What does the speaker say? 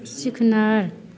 सिखनाय